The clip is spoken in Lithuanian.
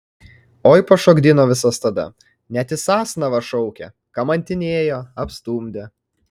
oi pašokdino visas tada net į sasnavą šaukė kamantinėjo apstumdė